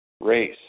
Race